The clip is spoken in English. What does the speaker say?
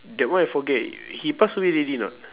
that one I forget he pass away already or not